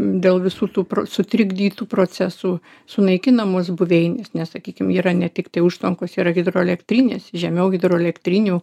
dėl visų tų sutrikdytų procesų sunaikinamos buveinės nes sakykim yra ne tiktai užtvankos yra hidroelektrinės žemiau hidroelektrinių